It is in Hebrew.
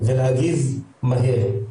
ולהגיב מהר.